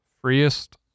freest